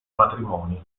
matrimoni